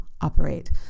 operate